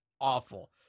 awful